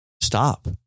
Stop